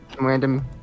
random